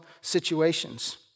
situations